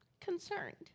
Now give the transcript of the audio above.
Concerned